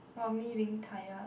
for me being tired